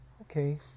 okay